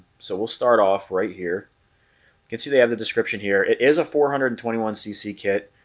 so we'll start off right here can see they have the description here it is a four hundred and twenty one cc kit,